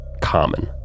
common